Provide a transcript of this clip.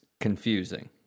confusing